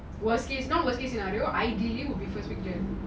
worst case not worst case scenario ideally would be first week january